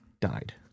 died